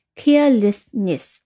carelessness 。